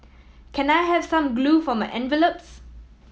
can I have some glue for my envelopes